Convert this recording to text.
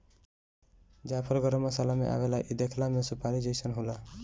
जायफल गरम मसाला में आवेला इ देखला में सुपारी जइसन होला